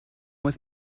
with